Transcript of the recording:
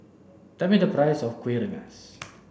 tell me the price of kueh rengas